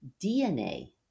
DNA